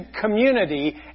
community